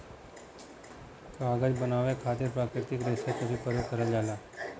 कागज बनावे के खातिर प्राकृतिक रेसा क भी परयोग करल जाला